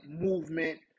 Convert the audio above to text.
Movement